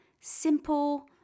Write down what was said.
simple